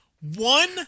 One